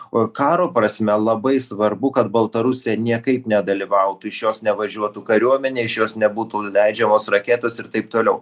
o karo prasme labai svarbu kad baltarusija niekaip nedalyvautų iš jos nevažiuotų kariuomenė iš jos nebūtų leidžiamos raketos ir taip toliau